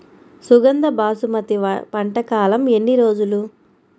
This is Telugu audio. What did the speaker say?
సుగంధ బాసుమతి పంట కాలం ఎన్ని రోజులు?